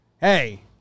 hey